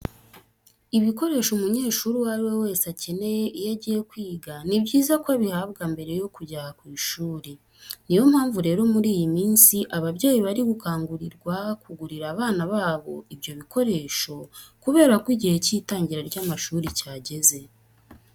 Ibikoresho umunyeshuri uwo ari we wese akenera iyo agiye kwiga, ni byiza ko abihabwa mbere yo kujya ku ishuri. Ni yo mpamvu rero muri iyi minsi ababyeyi bari gukangurirwa kugurira abana babo ibyo bikoresho kubera ko igihe cy'itangira ry'amashuri cyageze.